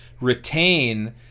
retain